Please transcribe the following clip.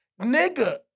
nigga